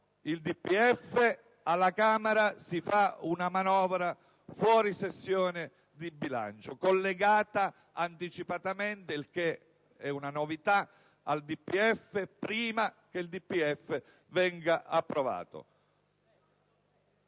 il DPEF, alla Camera si fa una manovra fuori sessione di bilancio, collegata anticipatamente al DPEF, il che è una novità, prima che il DPEF stesso venga approvato.